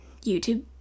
YouTube